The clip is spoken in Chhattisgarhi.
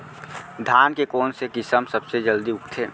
धान के कोन से किसम सबसे जलदी उगथे?